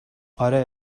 اره